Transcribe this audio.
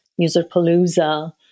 userpalooza